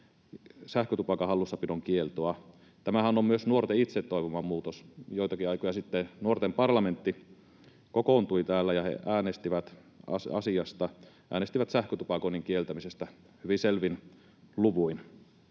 sähkötupakan hallussapidon kieltoa. Tämähän on myös nuorten itse toivoma muutos. Joitakin aikoja sitten nuorten parlamentti kokoontui täällä, ja he äänestivät asiasta, äänestivät sähkötupakoinnin kieltämisestä hyvin selvin luvuin.